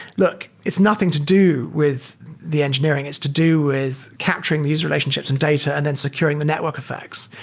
look. it's nothing to do with the engineering. it's to do with capturing these relationships in data and then securing the network effects.